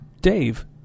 Dave